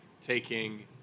taking